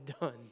done